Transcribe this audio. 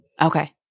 Okay